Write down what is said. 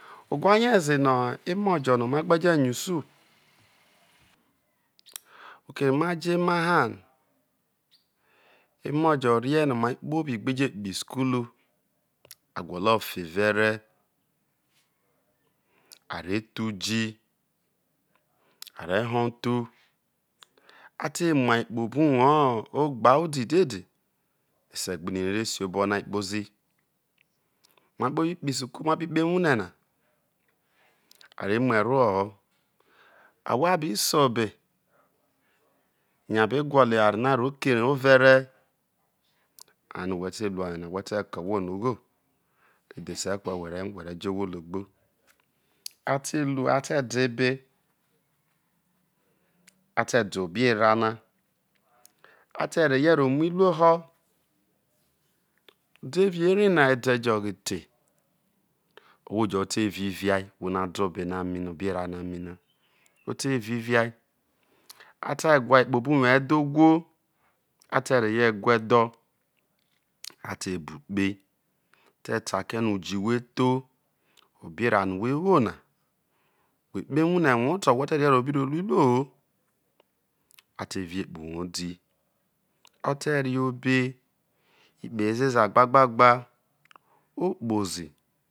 O wha rie ze no̱ emo jo no̱ ma gbe je ny awo oke no̱ ma jo emaha emojo rie no ma gbeje kpoho isukulu a gwolo fe vere a re tho uji, a re ho uthu a te mu ai kpobo uwor ogbu udidede ese gbini rai re siobono ai kpozi ma bi kpo isu kpoho iwuhre na a re mu erohoho̱ ahwo a bise obe yo̱ a be̱ gwolo eware no arro kere overe ano whe te ru oyena whe te ke ohwo na ugho a ti dhe se ke̱ owhe whe re jo o hwo logbo a te ru a re de ebe a tede obe era e na a te renue re mu iruo ho̱ udevie ere na ede jo je ohwo ojo te vivia e ohwo no̱ ade̱ obe na mi na obe erae na ote viviae a te wha e kpobu uwor edhogu a te rehie gu edho a te bw kpei a te ta ke, no̱. Uji whe tho obe erae no̱ whe wo na whe kpoho ewu hre nrouto whe̱ je be rehie ru iroo na no a te vie i kpoho uwor odi o̱ te ria obel ikpe ezeza gba o kpozi